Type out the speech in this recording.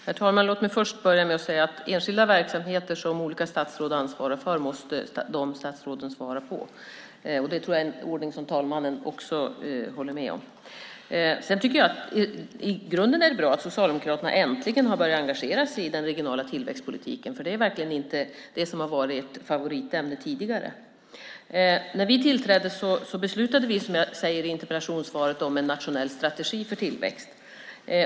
Herr talman! Låt mig börja med att säga: Frågor om enskilda verksamheter som olika statsråd ansvarar för måste just de statsråden svara på. Det tror jag är en ordning som talmannen håller med om. Jag tycker att det i grunden är bra att Socialdemokraterna äntligen har börjat engagera sig i den regionala tillväxtpolitiken. Det har verkligen inte varit ett favoritämne tidigare. När vi tillträdde beslutade vi, som jag sade i interpellationssvaret, om en nationell strategi för tillväxt.